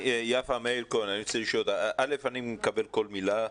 קודם כול אני מקבל כל מילה,